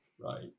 Right